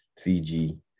Fiji